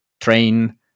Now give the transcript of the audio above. Train